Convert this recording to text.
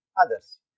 others